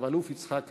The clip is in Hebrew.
רב-אלוף יצחק רבין,